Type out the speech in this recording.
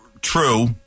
True